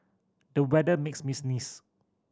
the weather make me sneeze